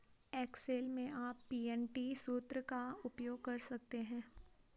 Excel में आप PMT सूत्र का उपयोग कर सकते हैं